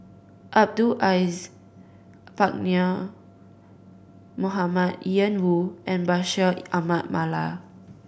Abdul Aziz Pakkeer Mohamed Ian Woo and Bashir Ahmad Mallal